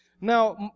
Now